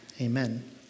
amen